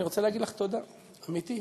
אני רוצה להגיד לך תודה, אמיתי,